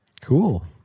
Cool